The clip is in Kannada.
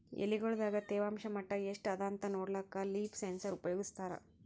ಎಲಿಗೊಳ್ ದಾಗ ತೇವಾಂಷ್ ಮಟ್ಟಾ ಎಷ್ಟ್ ಅದಾಂತ ನೋಡ್ಲಕ್ಕ ಲೀಫ್ ಸೆನ್ಸರ್ ಉಪಯೋಗಸ್ತಾರ